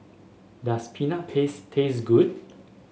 does Peanut Paste taste good